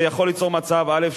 זה יכול ליצור מצב, א.